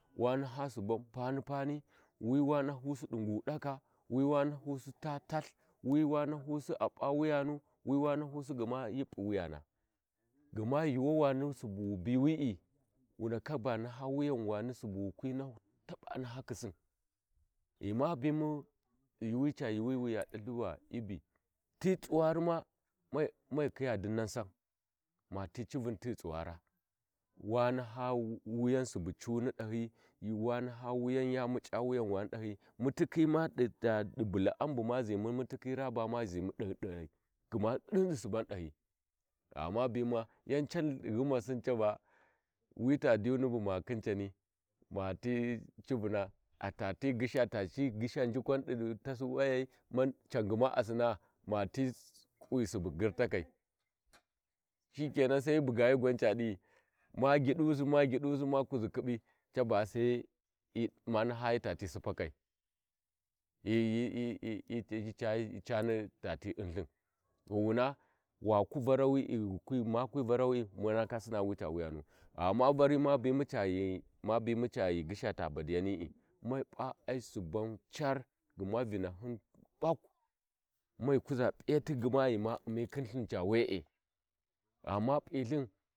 Wa naha Suban pani-pani wi wa p’usi di ngudaka wiwa pusi ba talth wi wahusi a p’a wuyan wi wa nahusi gmama hi p’u wayana gma yunwani subu biwi’i wa ndaka ba naha wuyawain subu wukhu nahau bu wakwi taɓa nakhisin ghi ma bimu di wuya yuuwi wa ya dathi va ibbi ti tsuwari ma may Kiya dinan Sam mati Civun tighi tsuwara wa naha wuyan Subu cuni dahi wa na wuyau ya muc’a Wuyanwani dahi mutikhima cadi bulaau buma ʒimu muti ra ba'a zimu dahi gma diu di subau dahi ghama bima ya can ghumasin caba wi ta diyuni bu ma khin cani mati cuvuma a tati gyisha njukwa di tassi wayai mau can gma a sinna ƙwi suba girtakai shike nan Sai hi bugayi gwa ca di’i ma gyidusi ma gyidusi sa ma kuzi khiɓi caba Sai ma nahayi tati Sippakai lihihi cicayi cani tati unthin to waku Varawi’i wu ndaka Sinna wi ta wuyanu ghi ma bimu ghi ghisha badi yani’i mai p’a Supa car gma vahin ɓakw ma kuʒa p’iyatin ghi ma uni khi lthin wee ghi ma p’ilthin.